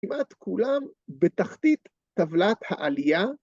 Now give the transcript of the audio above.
‫כמעט כולם בתחתית טבלת העלייה.